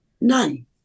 None